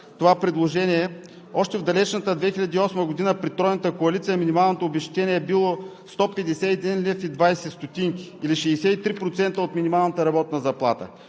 това предложение, още в далечната 2008 г. – при Тройната коалиция, минималното обезщетение е било 151,20 лв., или 63% от минималната работна заплата.